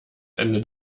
ende